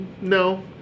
no